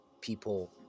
people